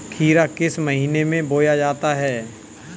खीरा किस महीने में बोया जाता है?